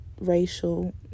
racial